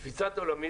לפי תפיסת עולמי,